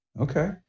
Okay